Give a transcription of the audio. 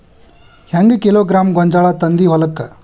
ಹೆಂಗ್ ಕಿಲೋಗ್ರಾಂ ಗೋಂಜಾಳ ತಂದಿ ಹೊಲಕ್ಕ?